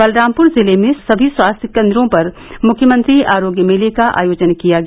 बलरामपुर जिले में सभी स्वास्थ्य कोन्द्रों पर भी मुख्यमंत्री आरोग्य मेले का आयोजन किया गया